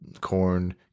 corn